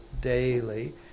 daily